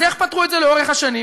אז איך פתרו את זה לאורך השנים,